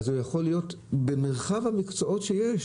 אז במרחב המקצועות שיש